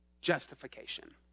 justification